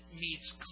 meets